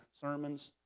sermons